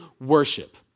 worship